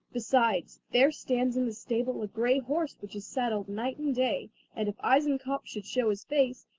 besides, there stands in the stable a grey horse which is saddled night and day and if eisenkopf should show his face,